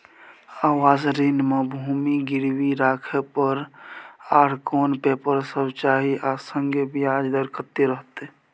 आवास ऋण म भूमि गिरवी राखै पर आर कोन पेपर सब चाही आ संगे ब्याज दर कत्ते रहते?